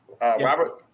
Robert